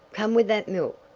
come with that milk!